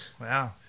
wow